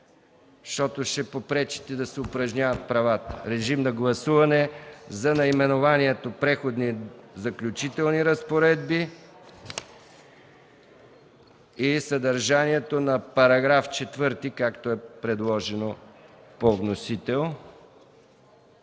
защото ще попречите да си упражняват правата. Режим на гласуване за наименованието „Преходни и заключителни разпоредби” и съдържанието на § 4, както е предложено от комисията.